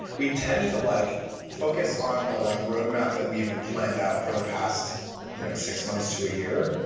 we tend to like focus on the like roadmap that we've planned out for the past you know six months, to a year,